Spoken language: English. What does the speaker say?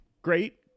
Great